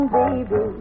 baby